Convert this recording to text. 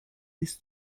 this